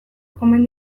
omen